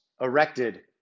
erected